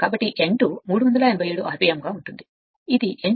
కాబట్టి n 2 387 rpm గా ఉంటుంది ఇది n 2 కి సమాధానం